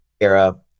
era